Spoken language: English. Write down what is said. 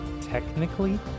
Technically